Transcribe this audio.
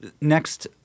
Next